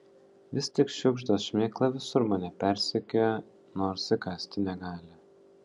vis tik žiugždos šmėkla visur mane persekioja nors įkąsti negali